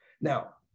Now